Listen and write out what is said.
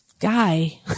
Guy